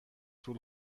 طول